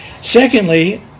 Secondly